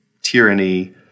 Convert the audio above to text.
tyranny